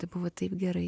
tai buvo taip gerai